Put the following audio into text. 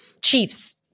Chiefs